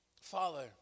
father